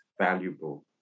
valuable